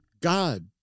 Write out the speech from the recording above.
God